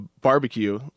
barbecue